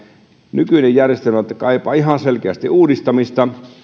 nykyinen järjestelmä kaipaa ihan selkeästi uudistamista ja